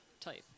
type